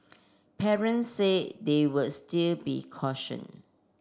parents said they would still be caution